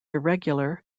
irregular